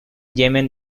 yemen